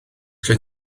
gen